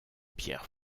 pierre